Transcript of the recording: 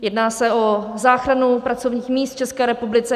Jedná se o záchranu pracovních míst v České republice.